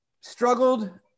struggled